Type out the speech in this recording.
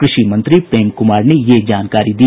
कृषि मंत्री प्रेम कुमार ने यह जानकारी दी